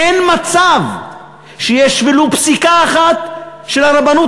אין מצב שיש ולו פסיקה אחת של הרבנות